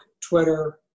Twitter